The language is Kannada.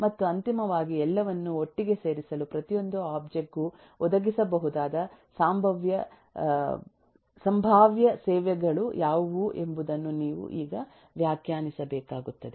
ಮತ್ತು ಅಂತಿಮವಾಗಿ ಎಲ್ಲವನ್ನೂ ಒಟ್ಟಿಗೆ ಸೇರಿಸಲು ಪ್ರತಿಯೊಂದು ಒಬ್ಜೆಕ್ಟ್ ಗು ಒದಗಿಸಬಹುದಾದ ಸಂಭಾವ್ಯ ಸೇವೆಗಳು ಯಾವುವು ಎಂಬುದನ್ನು ನೀವು ಈಗ ವ್ಯಾಖ್ಯಾನಿಸಬೇಕಾಗುತ್ತದೆ